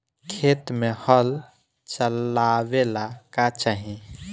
खेत मे हल चलावेला का चाही?